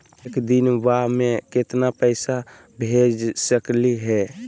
एक दिनवा मे केतना पैसवा भेज सकली हे?